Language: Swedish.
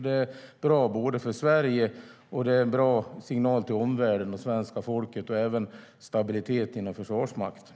Det är bra för Sverige, det är en bra signal till både omvärlden och svenska folket och det är bra för stabiliteten inom Försvarsmakten.